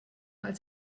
als